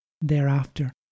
thereafter